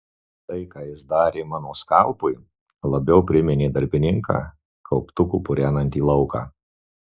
tai ką jis darė mano skalpui labiau priminė darbininką kauptuku purenantį lauką